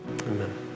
Amen